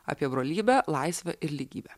apie brolybę laisvę ir lygybę